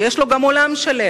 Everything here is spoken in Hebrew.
שיש לו גם עולם שלם,